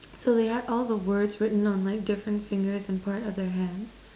so they have all the words written on like different fingers and part of their hands